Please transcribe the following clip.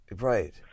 Right